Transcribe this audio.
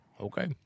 Okay